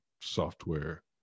software